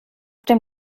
dem